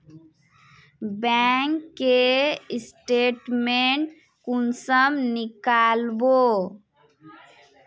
Bank के statement कुंसम नीकलावो?